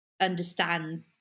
understand